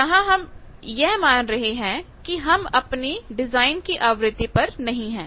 जहां हम यह मान रहे हैं कि हम अपनी डिजाइन की आवृत्ति पर नहीं है